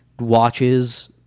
watches